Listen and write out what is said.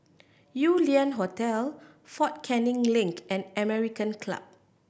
Yew Lian Hotel Fort Canning Link and American Club